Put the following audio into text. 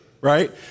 right